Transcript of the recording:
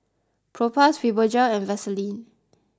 Propass Fibogel and Vaselin